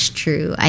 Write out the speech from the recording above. true